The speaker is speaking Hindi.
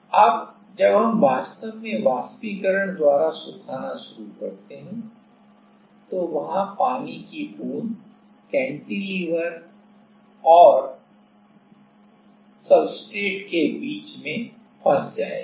अब जब हम वास्तव में वाष्पीकरण द्वारा सुखाना शुरू करते हैं तो वहां पानी की बूंद कैंटिलीवर और कैंटिलीवर और सब्सट्रेट के बीच में फंस जाएगी